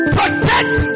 Protect